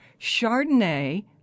Chardonnay